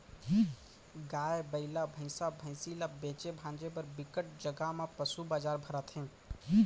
गाय, बइला, भइसा, भइसी ल बेचे भांजे बर बिकट जघा म पसू बजार भराथे